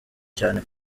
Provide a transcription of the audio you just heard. cyane